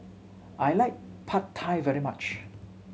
I like Pad Thai very much